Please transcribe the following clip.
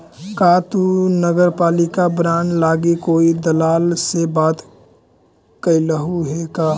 का तु नगरपालिका बॉन्ड लागी कोई दलाल से बात कयलहुं हे का?